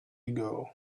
ago